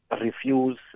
refuse